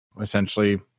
essentially